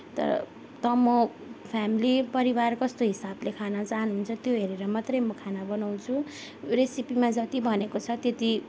तर त म फेमिली परिवार कस्तो हिसाबले खान चाहनुहुन्छ त्यो हेरेर मात्रै म खाना बनाउँछु रेसिपीमा जति भनेको छ त्यति